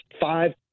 five